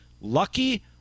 lucky